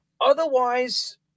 Otherwise